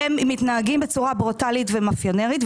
הם מתנהגים בצורה ברוטלית ומפיונרית.